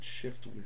shift